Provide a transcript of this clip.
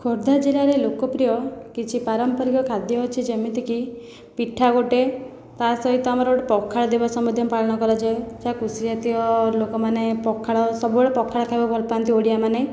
ଖୋର୍ଦ୍ଧା ଜିଲ୍ଲାରେ ଲୋକପ୍ରିୟ କିଛି ପାରମ୍ପରିକ ଖାଦ୍ୟ ଅଛି ଯେମିତିକି ପିଠା ଗୋଟିଏ ତା'ସହିତ ଆମର ଗୋଟିଏ ପଖାଳ ଦିବସ ମଧ୍ୟ ପାଳନ କରାଯାଏ ଯାହା କୃଷି ଜାତୀୟ ଲୋକମାନେ ପଖାଳ ସବୁବେଳେ ପଖାଳ ଖାଇବାକୁ ଭଲପାଆନ୍ତି ଓଡ଼ିଆ ମାନେ